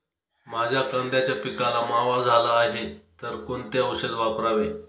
माझ्या कांद्याच्या पिकाला मावा झाला आहे तर कोणते औषध वापरावे?